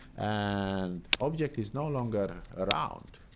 and object is no longer around,